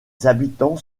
habitants